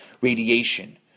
radiation